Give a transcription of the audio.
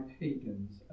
pagans